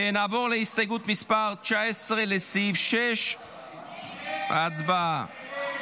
נעבור להסתייגות מס' 19, לסעיף 6. הצבעה.